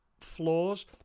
flaws